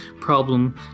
problem